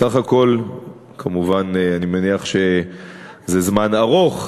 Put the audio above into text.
סך הכול, כמובן, אני מניח שזה זמן רב,